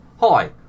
Hi